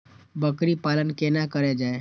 बकरी पालन केना कर जाय?